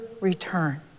return